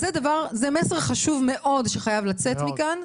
זה מסר חשוב מאוד שחייב לצאת מכאן,